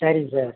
சரிங்க சார்